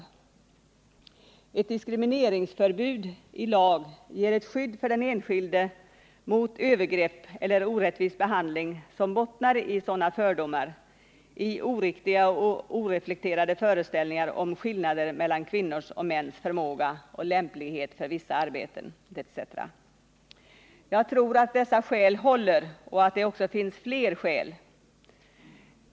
3. Ett diskrimineringsförbud i lag ger ett skydd för den enskilde mot övergrepp eller orättvis behandling som bottnar i sådana fördomar, i oriktiga och oreflekterade föreställningar om skillnader mellan kvinnors och mäns förmåga och lämplighet för vissa arbeten, etc. Jag tror att dessa skäl håller och att det också finns fler skäl.